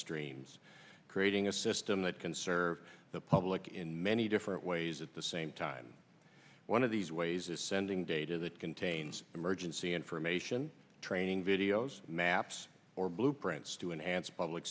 streams creating a system that can serve the public in many ways at the same time one of these ways is sending data that contains emergency information training videos maps or blueprints to enhance public